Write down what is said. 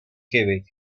quebec